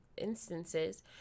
Instances